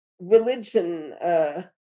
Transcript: religion